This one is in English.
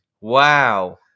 Wow